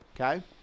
okay